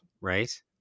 right